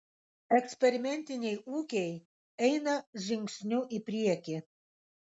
eksperimentiniai ūkiai eina žingsniu į priekį